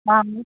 हाँ